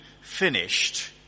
finished